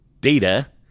data